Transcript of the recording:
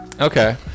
Okay